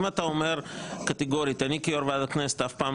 אם אתה אומר קטגורית שכיושב-ראש ועדת הכנסת אף פעם